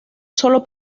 solo